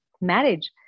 marriage